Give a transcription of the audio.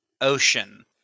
Ocean